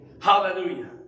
hallelujah